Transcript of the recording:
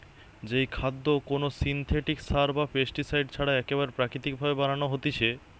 যেই খাদ্য কোনো সিনথেটিক সার বা পেস্টিসাইড ছাড়া একেবারে প্রাকৃতিক ভাবে বানানো হতিছে